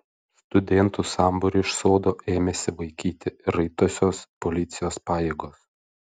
studentų sambūrį iš sodo ėmėsi vaikyti raitosios policijos pajėgos